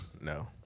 No